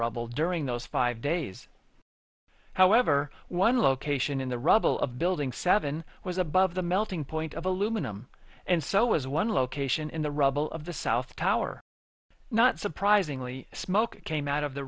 rubble during those five days however one location in the rubble of building seven was above the melting point of aluminum and so is one location in the rubble of the south tower not surprisingly smoke came out of the